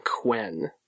Quinn